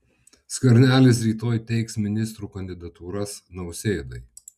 skvernelis rytoj teiks ministrų kandidatūras nausėdai